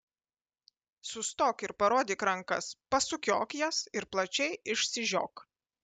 sustok ir parodyk rankas pasukiok jas ir plačiai išsižiok